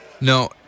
No